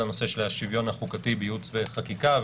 הנושא של השוויון החוקתי בייעוץ וחקיקה,